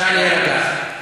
נא להירגע.